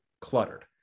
cluttered